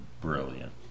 brilliant